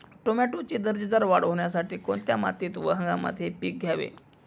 टोमॅटोची दर्जेदार वाढ होण्यासाठी कोणत्या मातीत व हंगामात हे पीक घ्यावे?